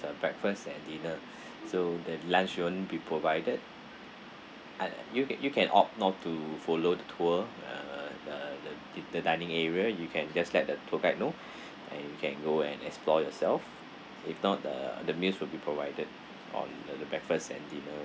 uh breakfast and dinner so the lunch won't be provided a~ you can you can opt not to follow the tour uh uh th~ the dining area you can just let the tour guide know and you can go and explore yourself if not the the meals will be provided on the breakfast and dinner